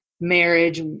marriage